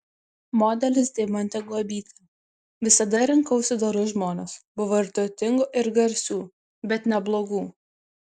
modelis deimantė guobytė visada rinkausi dorus žmones buvo ir turtingų ir garsių bet ne blogų